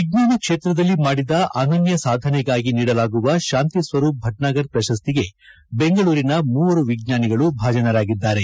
ವಿಜ್ಞಾನ ಕ್ಷೇತ್ರದಲ್ಲಿ ಮಾಡಿದ ಅನನ್ಯ ಸಾಧನೆಗಾಗಿ ನೀಡಲಾಗುವ ಶಾಂತಿ ಸ್ವರೂಪ್ ಭಟ್ನಾಗರ್ ಪ್ರಶಸ್ತಿಗೆ ಬೆಂಗಳೂರಿನ ಮೂವರು ವಿಜ್ಞಾನಿಗಳು ಭಾಜನರಾಗಿದ್ದಾರೆ